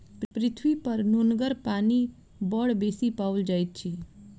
पृथ्वीपर नुनगर पानि बड़ बेसी पाओल जाइत अछि